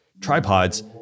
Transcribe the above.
tripods